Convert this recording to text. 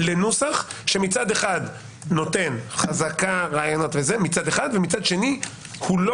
לנוסח שמצד אחד נותן חזקה ורעיונות ומצד שני הוא לא